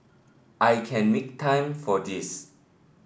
I can make time for this